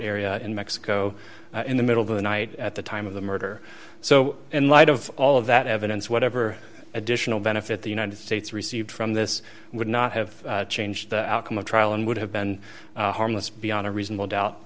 area in mexico in the middle of the night at the time of the murder so in light of all of that evidence whatever additional benefit the united states received from this would not have changed the outcome of trial and would have been harmless beyond a reasonable doubt